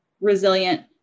resilient